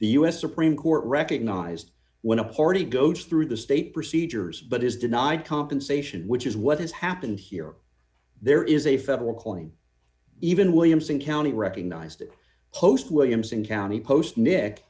the us supreme court recognized when a party goes through the state procedures but is denied compensation which is what has happened here there is a federal calling even williamson county recognized host williamson county post nic